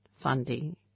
funding